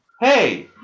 hey